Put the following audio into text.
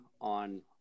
on